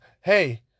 Hey